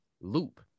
loop